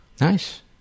Nice